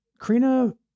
Karina